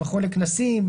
מכון לכנסים,